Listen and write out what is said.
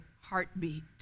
heartbeat